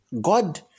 God